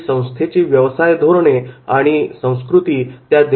त्यांच्या या अभिप्रायावर विपणन गट पुढील विश्लेषण करतो व उत्पादनाच्या बाबतीतील निर्णय घेतो